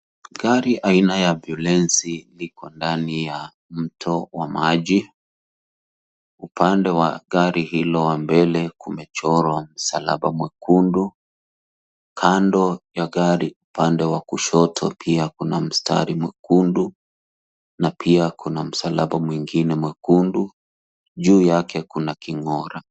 Gari aina ya ambulensi iko ndani ya mto wa maji. Upande wa gari hilo wa mbele kumechorwa msalaba mwekundu. Kando ya gari, upande wa kushoto pia kuna mstari mwekundu, na pia kuna msalaba mwingine mwekundu. Juu yake kuna king'ora.